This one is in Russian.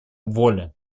воля